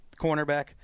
cornerback